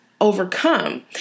overcome